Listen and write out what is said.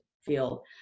feel